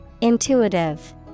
Intuitive